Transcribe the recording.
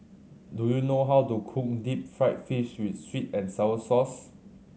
do you know how to cook deep fried fish with sweet and sour sauce